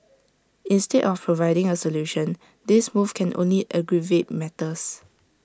instead of providing A solution this move can only aggravate matters